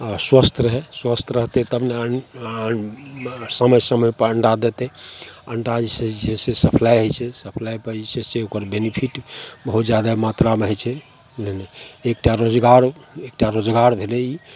आओर स्वस्थ रहै स्वस्थ रहतै तब ने अन अन समय समयपर अण्डा देतै अण्डा जे छै से सप्लाइ होइ छै सप्लाइपर जे छै से बेनिफिट ओहो जादा मात्रामे होइ छै नहि नहि एकटा रोजगार एकटा रोजगार भेलै ई